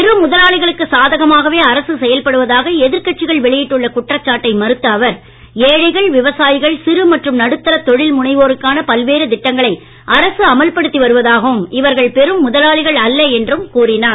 பெரு முதலாளிகளுக்கு சாதகமாகவே அரசு செயல்படுவதாக எதிர்க் கட்சிகள் வெளியிட்டுள்ள குற்றச்சாட்டை மறுத்த அவர் ஏழைகள் விவசாயிகள் சிறு மற்றும் நடுத்தா தொழில் முனைவோருக்கான பல்வேறு திட்டங்களை அரசு அமல்படுத்தி வருவதாகவும் இவர்கள் பெரு முதலாளிகள் அல்ல என்றும் கூறினார்